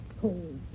Cold